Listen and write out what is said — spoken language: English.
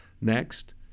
next